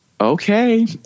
okay